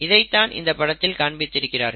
இதைத்தான் இந்த படத்தில் காண்பித்திருக்கிறார்கள்